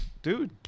Dude